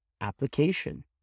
application